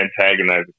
antagonize